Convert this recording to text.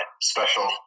special